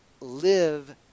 live